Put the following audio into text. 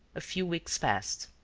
a few weeks passed.